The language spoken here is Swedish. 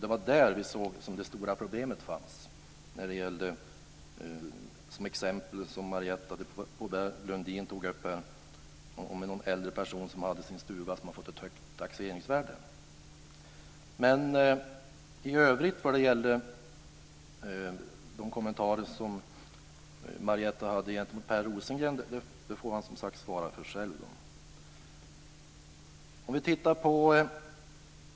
Det var där som vi såg att det stora problemet fanns. Marietta de Pourbaix-Lundin gav som exempel en äldre person med en stuga som fått ett högt taxeringsvärde.